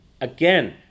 again